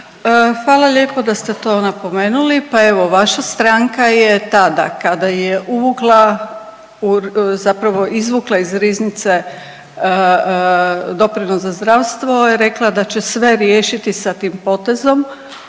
Hvala lijepo da ste to napomenuli, pa evo vaša stranka je tada, kada je uvukla u zapravo izvukla iz riznice doprinos za zdravstvo je rekla da će sve riješiti sa tim potezom